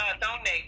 donate